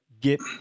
get